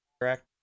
correct